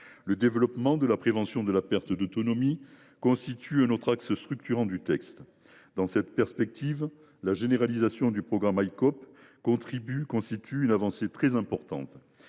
Le développement de la prévention de la perte d’autonomie constitue un autre axe structurant du texte. Dans cette perspective, la généralisation du programme Icope (, ou soins intégrés aux personnes